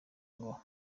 ngo